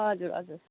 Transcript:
हजुर हजुर